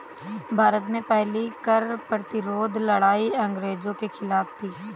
भारत में पहली कर प्रतिरोध लड़ाई अंग्रेजों के खिलाफ थी